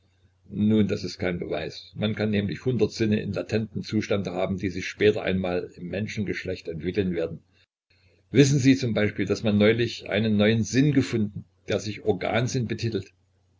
nun das ist kein beweis man kann nämlich hundert sinne in latentem zustand haben die sich später einmal im menschengeschlecht entwickeln werden wissen sie z b daß man neulich einen neuen sinn gefunden der sich organsinn betitelt